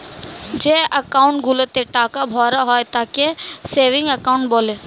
যে অ্যাকাউন্ট গুলোতে টাকা ভরা হয় তাকে সেভিংস অ্যাকাউন্ট বলে